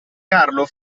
carlo